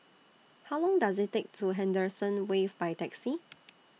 How Long Does IT Take to get to Henderson Wave By Taxi